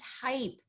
type